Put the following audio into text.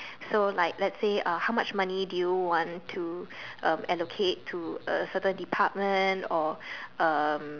so like let's say uh how much money do you want to um allocate to a certain department or um